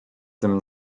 tym